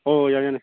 ꯑꯣ ꯌꯥꯅꯤ ꯌꯥꯅꯤ